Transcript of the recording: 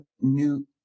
new